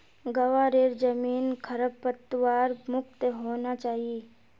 ग्वारेर जमीन खरपतवार मुक्त होना चाई